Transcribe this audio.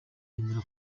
yemera